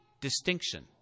distinction